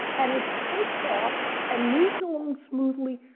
and it takes off, and moves along smoothly,